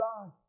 God